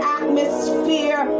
atmosphere